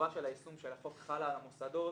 שהחובה של היישום של החוק חלה על המוסדות